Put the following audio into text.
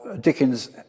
Dickens